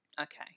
Okay